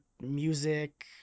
music